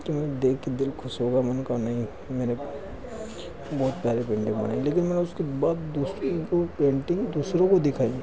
कि मैं देख के दिल ख़ुश हो गया मैंने कहा नहीं मेरे बहुत प्यारी पेंटिंग बनाई लेकिन मैंने उसके बाद दूसरी वह पेंटिंग दूसरों को दिखाई